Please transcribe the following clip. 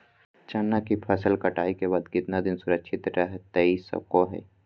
चना की फसल कटाई के बाद कितना दिन सुरक्षित रहतई सको हय?